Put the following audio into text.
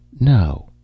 no